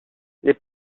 les